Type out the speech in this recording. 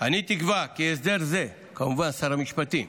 אני תקווה כי הסדר זה, כמובן, שר המשפטים,